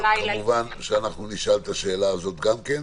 כמובן שנשאל את השאלה הזאת גם כן.